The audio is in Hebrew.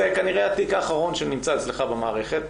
זה כנראה התיק האחרון שנמצא אצלך במערכת.